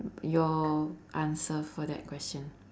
your answer for that question